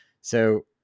So-